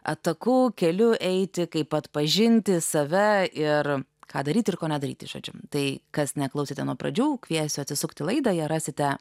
atšakų keliu eiti kaip atpažinti save ir ką daryti ir ko nedaryti žodžiu tai kas neklausyta nuo pradžių kviesiu atsisukti laidą ją rasite